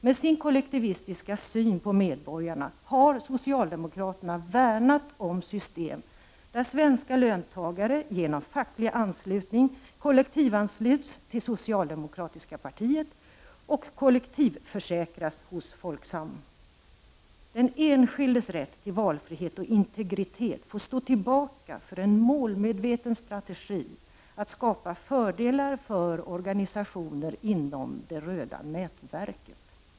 Med sin kollektivistiska syn på medborgarna har socialdemokraterna värnat om system där svenska löntagare genom facklig anslutning kollektivansluts till socialdemokratiska partiet och kollektivförsäkras hos Folksam. Den enskildes rätt till valfrihet och integritet får stå tillbaka för en målmedveten strategi att skapa fördelar för organisationer inom det röda nätverket.